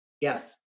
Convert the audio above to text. Yes